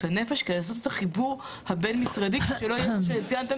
הנפש כדי לעשות את החיבור הבין-משרדי כדי שלא יהיה כפי שציינתם,